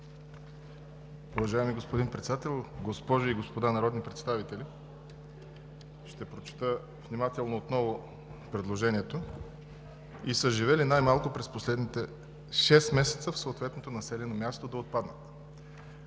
Уважаеми господин Председател, госпожи и господа народните представители! Ще прочета отново внимателно предложението: „и са живели най-малко през последните 6 месеца в съответното населено място“ – да отпаднат.